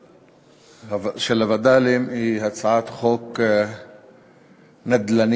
חוק הווד"לים היא הצעת חוק נדל"נית.